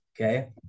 Okay